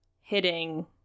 hitting